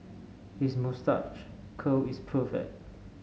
his moustache curl is perfect